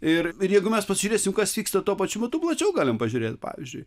ir jeigu mes pasižiūrėsim kas vyksta tuo pačiu metu plačiau galim pažiūrėt pavyzdžiui